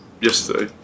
yesterday